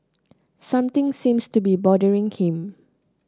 something seems to be bothering him